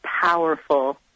powerful